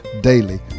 Daily